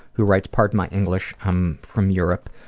who writes pardon my english, i'm from europe.